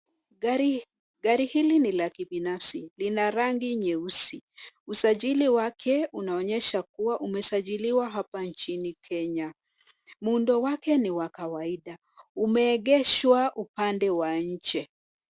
Gari hili ni la kibinafsi. LIna rangi nyeusi. Usajili wake unaonyesha kuwa umesajiliwa hapa nchini Kenya. Muundo wake ni wa kawaida. Umeegeshwa upande wa nje.